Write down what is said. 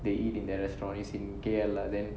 they eat in their restaurants is in K_L lah then